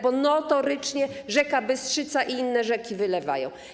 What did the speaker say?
Bo notorycznie rzeka Bystrzyca i inne rzeki wylewają.